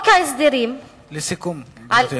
לסיכום, גברתי.